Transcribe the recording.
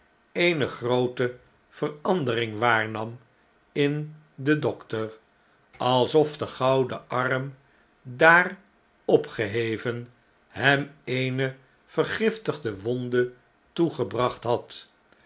eene groote verandering waarnam in den dokter alsof de gouden arm daar opgeheven hem eene vergiftige wonde toegebracht had